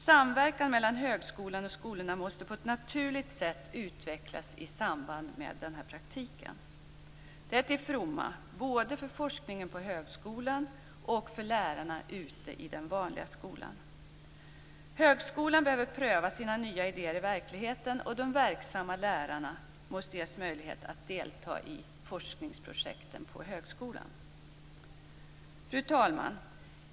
Samverkan mellan högskolan och skolorna måste på ett naturligt sätt utvecklas i samband med praktiken. Det är till fromma både för forskningen på högskolan och för lärarna ute i den vanliga skolan. Högskolan behöver pröva sina nya idéer i verkligheten, och de verksamma lärarna måste ges möjlighet att delta i forskningsprojekten på högskolan. Fru talman!